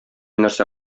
нәрсә